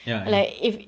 ya I know